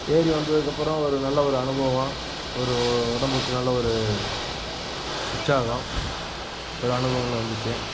ஏறி வந்ததுக்கப்பறம் ஒரு நல்ல ஒரு அனுபவம் ஒரு உடம்புக்கு நல்ல ஒரு உற்சாகம் ஒரு அனுபவங்கள் வந்துச்சு